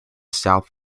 south